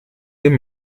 den